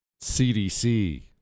CDC